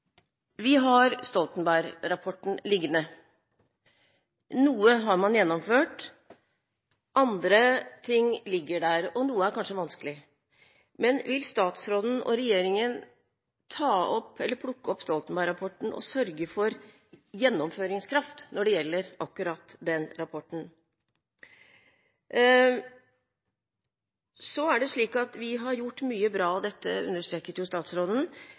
Vi har Stoltenberg-rapporten liggende. Noe har man gjennomført, andre ting ligger der, og noe er kanskje vanskelig. Men vil statsråden og regjeringen plukke opp Stoltenberg-rapporten og sørge for gjennomføringskraft når det gjelder akkurat den rapporten? Så er det slik at vi har gjort mye bra – dette understreket jo statsråden